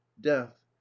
death